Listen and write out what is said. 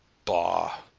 bah!